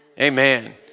Amen